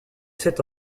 sept